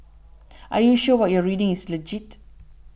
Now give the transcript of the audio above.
are you sure what you're reading is legit